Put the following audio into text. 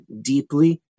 deeply